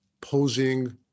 posing